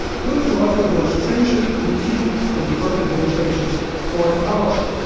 who's offered the most stringent critique of the trump administration's foreign policy?